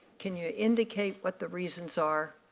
can you indicate what the reasons are?